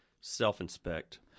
self-inspect